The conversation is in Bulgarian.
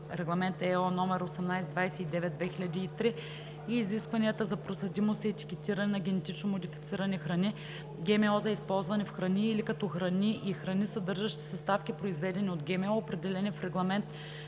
Регламент (ЕО) № 1829/2003 и изискванията за проследимост и етикетиране на генетично модифицирани храни, ГМО за използване в храни или като храни и храни, съдържащи съставки, произведени от ГМО, определени в Регламент